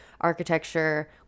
architecture